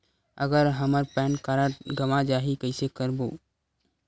अगर हमर pan card गवां जाही कइसे करबो?